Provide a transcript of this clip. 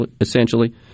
essentially